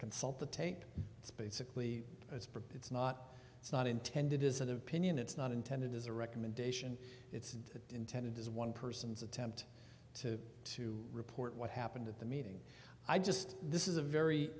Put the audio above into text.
consult the tape it's basically it's pretty it's not it's not intended as an opinion it's not intended as a recommendation and intended as one person's attempt to to report what happened at the meeting i just this is a very